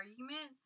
argument